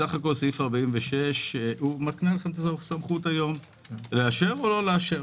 סעיף 46 נותן סמכות היום לאשר או לא לאשר.